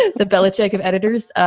ah the belichick of editors.